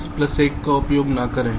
इस प्लस 1 का उपयोग न करें